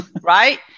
right